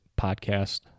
podcast